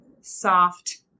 soft